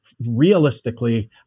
realistically